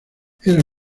era